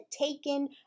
taken